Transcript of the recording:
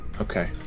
Okay